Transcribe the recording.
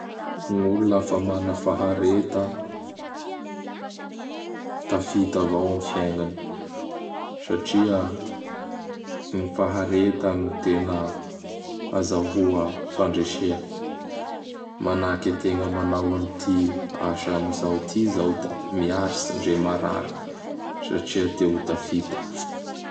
Gn'olo lafa mana fahareta, tafita avao am faignany satria gny fahareta gn tena azahoa fandresea. Manahaky ategna manao an'ity asa am zao ty zao da miaritsy ndre maharary satria te ho tafita.